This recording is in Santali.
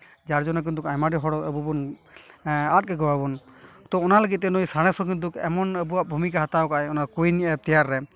ᱡᱟᱨ ᱡᱚᱱᱱᱚ ᱠᱤᱱᱛᱩ ᱟᱭᱢᱟ ᱜᱮ ᱦᱚᱲ ᱟᱵᱚᱵᱚᱱ ᱟᱫ ᱠᱮᱠᱚᱣᱟᱵᱚᱱ ᱛᱚ ᱚᱱᱟ ᱞᱟᱹᱫᱤ ᱛᱮ ᱱᱩᱭ ᱥᱟᱬᱮᱥ ᱦᱚᱸ ᱠᱤᱱᱛᱩ ᱮᱢᱚᱱ ᱟᱵᱚᱣᱟᱜ ᱵᱷᱩᱢᱤᱠᱟᱭ ᱦᱟᱛᱟᱣ ᱟᱠᱟᱫᱟ ᱚᱱᱟ ᱠᱳᱼᱩᱭᱤᱱ ᱮᱯᱥ ᱛᱮᱭᱟᱨ ᱨᱮ